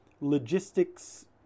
logistics